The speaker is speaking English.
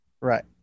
Right